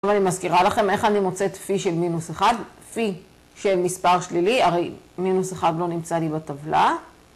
אני מזכירה לכם איך אני מוצאת פי של מינוס אחד, פי של מספר שלילי, הרי מינוס אחד לא נמצא לי בטבלה.